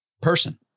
person